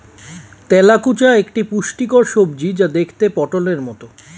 তেলাকুচা একটি পুষ্টিকর সবজি যা দেখতে পটোলের মতো